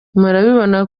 murabibona